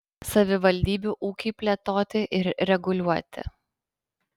savivaldybių ūkiui plėtoti ir reguliuoti